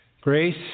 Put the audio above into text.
Grace